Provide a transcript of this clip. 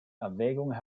erwägungen